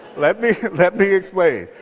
let me let me explain.